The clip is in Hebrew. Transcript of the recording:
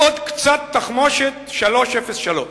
עוד קצת תחמושת 303,